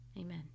amen